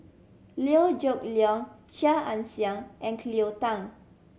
Liew Geok Leong Chia Ann Siang and Cleo Thang